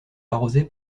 arrosée